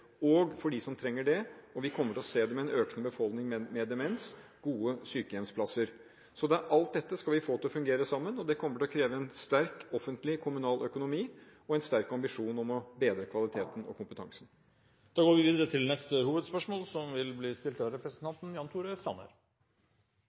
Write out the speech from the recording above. og – for de som trenger det, vi kommer til å se det med en økende befolkning med demens – gode sykehjemsplasser. Alt dette skal vi få til å fungere sammen. Det kommer til å kreve en sterk offentlig kommunal økonomi og en sterk ambisjon om å bedre kvaliteten og kompetansen. Da går vi til neste hovedspørsmål.